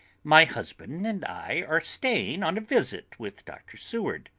my husband and i are staying on a visit with dr. seward.